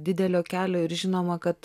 didelio kelio ir žinoma kad